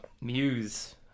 Muse